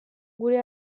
gure